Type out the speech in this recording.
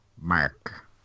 Mark